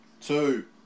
Two